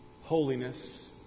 holiness